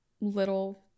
little